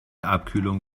abkühlung